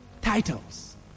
Titles